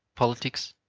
politics,